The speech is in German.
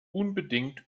unbedingt